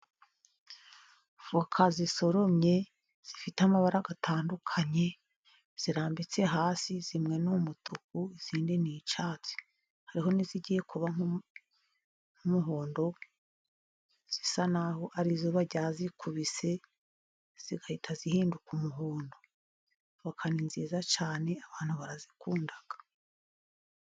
Avoka zisoromye zifite amabara atandukanye zirambitse hasi. Zimwe ni umutuku. Izindi ni icyatsi. Hari n'izigiye kuba nk'umuhondo. Zisa n'aho ari izuba ryazikubise, zigahita zihinduka umuhondo. Avoka ni nziza cyane abantu barazikunda.